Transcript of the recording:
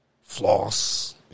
floss